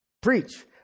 Preach